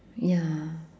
ya